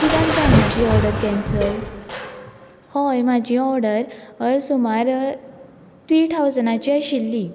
कित्याक जायना ती ओर्डर केन्सल हय म्हजी ओर्डर हय सुमार त्री थावजंडाचे आशिल्ली